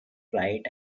flight